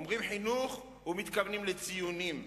אומרים חינוך ומתכוונים לציונים,